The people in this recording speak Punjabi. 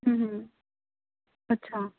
ਹਮ ਹਮ ਅੱਛਾ